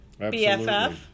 BFF